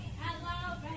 Hello